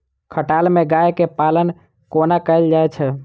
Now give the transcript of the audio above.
खटाल मे गाय केँ पालन कोना कैल जाय छै?